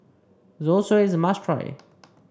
zosui is a must try